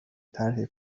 طرح